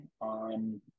on